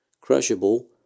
crushable